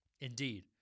Indeed